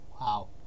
Wow